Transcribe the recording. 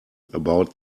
about